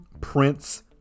Prince